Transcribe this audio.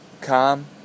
calm